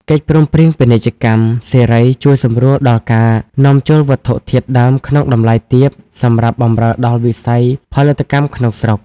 កិច្ចព្រមព្រៀងពាណិជ្ជកម្មសេរីជួយសម្រួលដល់ការនាំចូលវត្ថុធាតុដើមក្នុងតម្លៃទាបសម្រាប់បម្រើដល់វិស័យផលិតកម្មក្នុងស្រុក។